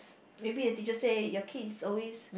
maybe a teacher said your kids is always